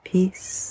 Peace